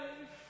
life